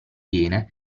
viene